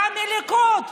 גם מהליכוד,